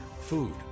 food